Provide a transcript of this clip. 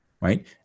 right